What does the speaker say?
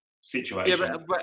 situation